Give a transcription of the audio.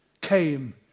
came